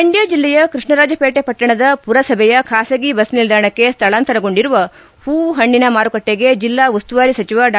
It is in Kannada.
ಮಂಡ್ದ ಜಿಲ್ಲೆಯ ಕೃಷ್ಣರಾಜಪೇಟಿ ಪಟ್ಟಣದ ಪುರಸಭೆಯ ಖಾಸಗಿ ಬಸ್ ನಿಲ್ದಾಣಕ್ಕೆ ಸ್ಥಳಾಂತರಗೊಂಡಿರುವ ಹೂವು ಹಣ್ಣಿನ ಮಾರುಕಟ್ಟಿಗೆ ಜಿಲ್ಲಾ ಉಸ್ತುವಾರಿ ಸಚಿವ ಡಾ